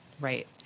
Right